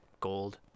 gold